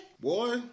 Boy